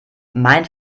mein